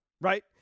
right